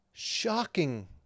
Shocking